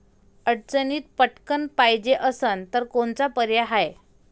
अडचणीत पटकण पायजे असन तर कोनचा पर्याय हाय?